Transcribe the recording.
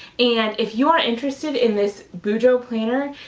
and if you're interested in this bujo planner,